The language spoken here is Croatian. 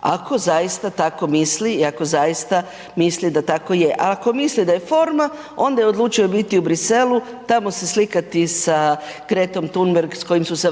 ako zaista tako misli i ako zaista misli da tako je, a ako misli da je forma onda je odlučio biti u Bruxellesu tamo se slikati sa Gretom Thunberg s kojom su se,